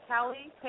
Callie